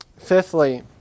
Fifthly